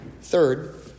Third